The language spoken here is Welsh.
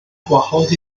gwahodd